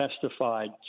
testified